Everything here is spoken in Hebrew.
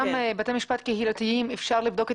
גם בתי משפט קהילתיים אפשר לבדוק את